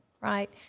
Right